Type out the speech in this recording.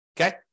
Okay